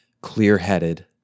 clear-headed